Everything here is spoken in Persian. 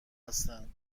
هستن